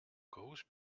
kõhus